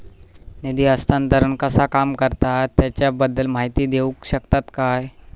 निधी हस्तांतरण कसा काम करता ह्याच्या बद्दल माहिती दिउक शकतात काय?